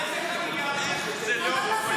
איך זה לא עולה כסף?